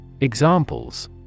Examples